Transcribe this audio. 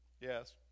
yes